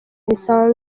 bisanzwe